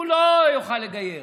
הוא לא יוכל לגייר.